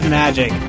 magic